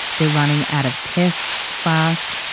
they're running out of tests fast.